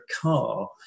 car